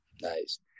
nice